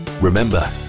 Remember